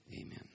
Amen